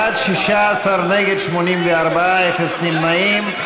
בעד, 16, נגד, 84, אפס נמנעים.